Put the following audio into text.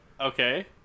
Okay